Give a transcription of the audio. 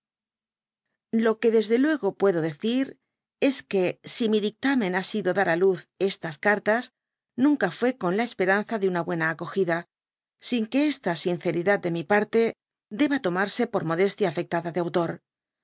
lo que desde luego puedo decir es que si mi dictamen ha sido dar á luz estas cartas nunca fué con la esperanza de uua buena acogida sin que esta sinceridad de mi parte deba tomarse por modestia afectada de autor